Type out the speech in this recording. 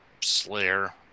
Slayer